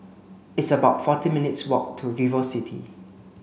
it's about forty minutes' walk to VivoCity